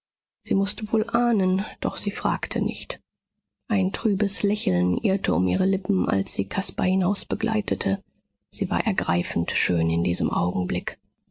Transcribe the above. sie mußte wohl ahnen doch sie fragte nicht ein trübes lächeln irrte um ihre lippen als sie caspar hinausbegleitete sie war ergreifend schön in diesem augenblick